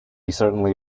certainly